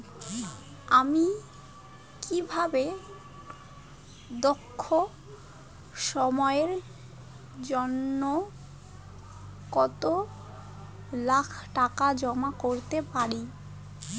আমি কিভাবে দীর্ঘ সময়ের জন্য এক লাখ টাকা জমা করতে পারি?